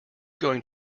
going